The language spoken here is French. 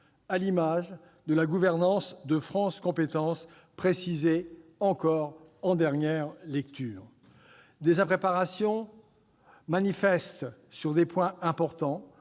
à l'image de la gouvernance de France compétences précisée en nouvelle lecture ; une impréparation manifeste sur des points importants